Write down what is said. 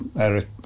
Eric